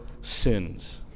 sins